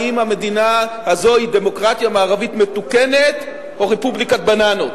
האם המדינה הזו היא דמוקרטיה מערבית מתוקנת או רפובליקת בננות?